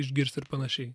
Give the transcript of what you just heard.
išgirsti ir panašiai